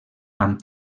amb